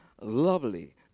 lovely